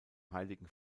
heiligen